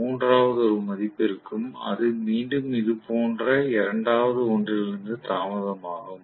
மூன்றாவது ஒரு மதிப்பு இருக்கும் அது மீண்டும் இது போன்ற இரண்டாவது ஒன்றிலிருந்து தாமதமாகும்